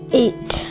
eight